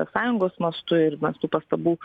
sąjungos mastu ir mes tų pastabų